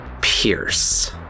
pierce